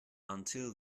until